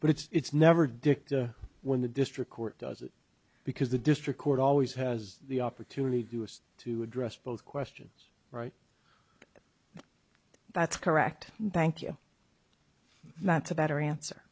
but it's never dicked when the district court does it because the district court always has the opportunity to do is to address both questions right that's correct thank you that's a better answer